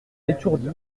étourdi